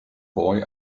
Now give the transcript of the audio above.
boy